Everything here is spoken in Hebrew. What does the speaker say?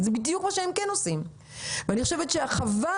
וזה חבל,